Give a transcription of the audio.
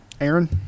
Aaron